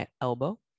elbow